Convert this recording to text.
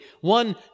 one